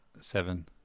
Seven